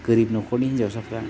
गोरिब न'खरनि हिन्जावसाफ्रा